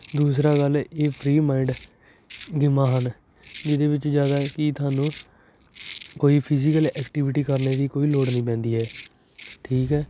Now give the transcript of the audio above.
ਦੂਸਰਾ ਗੱਲ ਇਹ ਫਰੀ ਮਾਈਂਡ ਗੇਮਾਂ ਹਨ ਜਿਹਦੇ ਵਿੱਚ ਜ਼ਿਆਦਾ ਕਿ ਤੁਹਾਨੂੰ ਕੋਈ ਫਿਜੀਕਲ ਐਕਟੀਵਿਟੀ ਕਰਨ ਦੀ ਕੋਈ ਲੋੜ ਨਹੀਂ ਪੈਂਦੀ ਹੈ ਠੀਕ ਹੈ